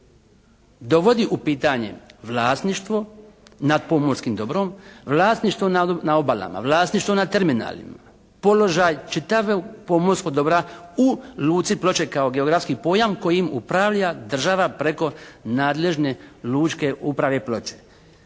dovodi u pitanje vlasništvo nad pomorskim dobrom, vlasništvo na obalama, vlasništvo na terminalima. Položaj čitavog pomorskog dobra u luci Ploče kao geografski pojam kojim upravlja država preko nadležne lučke uprave Ploče.